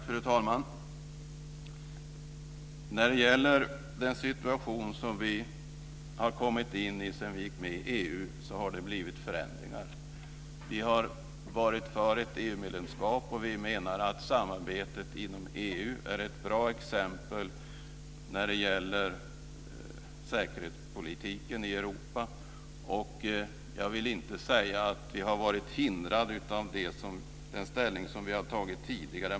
Fru talman! När det gäller den situation som vi har kommit in i sedan vi gick med i EU har det blivit förändringar. Vi har varit för ett EU-medlemskap, och vi menar att samarbetet inom EU är ett bra exempel när det gäller säkerhetspolitiken i Europa. Jag vill inte säga att vi har varit hindrade av den ställning vi har tagit tidigare.